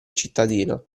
cittadino